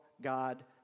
God